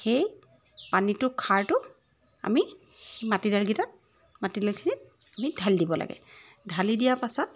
সেই পানীটো খাৰটো আমি মাটিদাইলকেইটাত মাটিদাইলখিনিত দি ঢালি দিব লাগে ঢালি দিয়াৰ পাছত